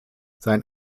sein